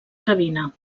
cabina